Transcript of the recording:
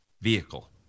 vehicle